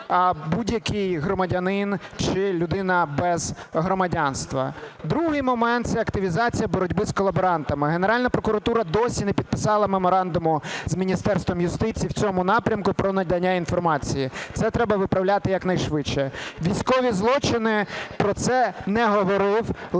чи будь-який громадянин, чи людина без громадянства. Другий момент – це активізація боротьби з колаборантами. Генеральна прокуратура досі не підписала меморандуму з Міністерством юстиції в цьому напрямку про надання інформації. Це треба виправляти якнайшвидше. Військові злочини. Про це не говорив лише